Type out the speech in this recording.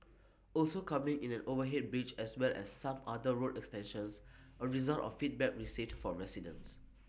also coming in an overhead bridge as well as some other road extensions A result of feedback received from residents